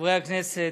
חברי הכנסת,